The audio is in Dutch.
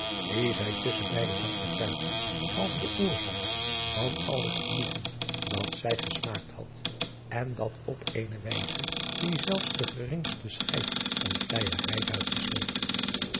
die zij tusschen beide dank betuigde als de oorzaak van al het genoegen dat zij gesmaakt had en dat op eene wijze die zelfs den geringsten schijn van